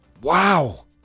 wow